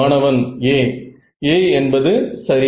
மாணவன் a a என்பது சரி